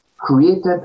created